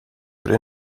would